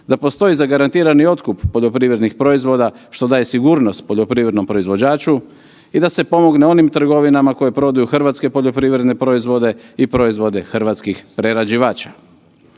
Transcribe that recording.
da postoji zagarantirani otkup poljoprivrednih proizvoda što daje sigurnost poljoprivrednom proizvođaču i da se pomogne onim trgovinama koje prodaju hrvatske poljoprivredne proizvode i proizvode hrvatskih proizvođača.